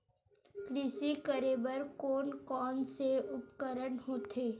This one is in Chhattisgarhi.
कृषि करेबर कोन कौन से उपकरण होथे?